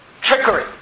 Trickery